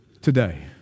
Today